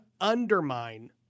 undermine